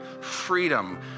freedom